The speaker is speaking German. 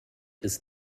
ist